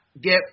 get